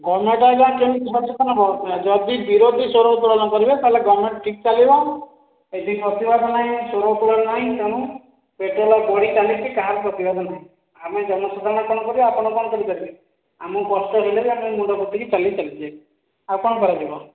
government ଆଜ୍ଞା କେମିତି ସଚେତନ ହେବ ଯଦି ବିରୋଧୀ ସ୍ୱର ଉତ୍ତୋଳନ କରିବେ ତାହେଲେ ଗଭମେଣ୍ଟ ଠିକ୍ ଚାଲିବ ଏଇଠି ପ୍ରତିବାଦ ନାହିଁ ସ୍ୱର ଉତ୍ତୋଳନ ନାହିଁ ତେଣୁ ପେଟ୍ରୋଲ ବଢ଼ି ଚାଲିଛି କାହାକୁ ପ୍ରତିବାଦ ନାହିଁ ଆମେ ଜନସେବା କରିବା ଆପଣ କଣ କରିପାରିବେ ଆମକୁ କଷ୍ଟ ହେଲେ ବି ଆମେ ମୁଣ୍ଡ ପୋତିକି ଚାଲିଛେ ଆଉ କଣ କରାଯିବ